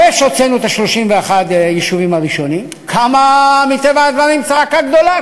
אחרי שהוצאנו את 31 היישובים הראשונים קמה מטבע הדברים צעקה גדולה.